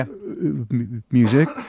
Music